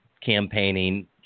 campaigning